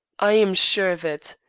i am sure of it.